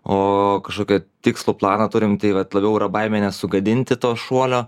o kažkokią tikslų planą turim tai vat labiau yra baimė nesugadinti to šuolio